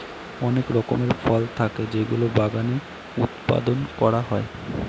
অনেক রকমের ফল থাকে যেগুলো বাগানে উৎপাদন করা হয়